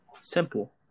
Simple